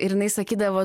ir jinai sakydavo